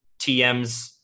TMs